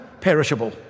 perishable